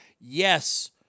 yes